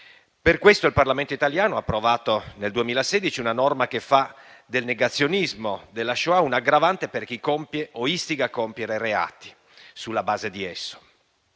Per questo il Parlamento italiano ha approvato nel 2016 una norma che fa del negazionismo della Shoah un'aggravante per chi compie o istiga a compiere reati. sulla base di esso.